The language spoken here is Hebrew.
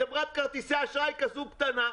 מחברת כרטיסי אשראי כזו קטנה,